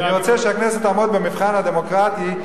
ואני רוצה שהכנסת תעמוד במבחן הדמוקרטי,